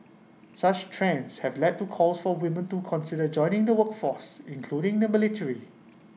such trends have led to calls for women to consider joining the workforce including the military